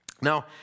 Now